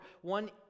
one